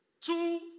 two